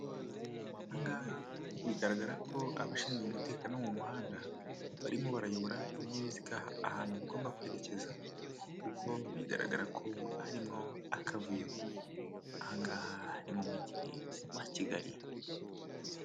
Ahangaha bigaragara ko abashinzwe umutekano wo mu muhanda, barimo barayobora ibinyabiziga ahantu bigomba kwerekeza kuko bigaragara ko harimwo akavuyo ahangaha ni mu mujyi wa Kigali.